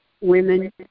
women